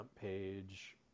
page